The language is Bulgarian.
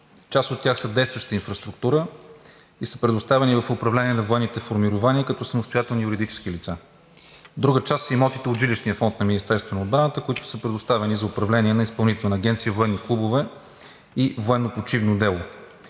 Част от тях са действаща инфраструктура и са предоставени в управление на военните формирования като самостоятелни юридически лица. Друга част са имотите от жилищния фонд на Министерството на отбраната, които са предоставени за управление на Изпълнителна агенция „Военни клубове и военно-почивно дело“.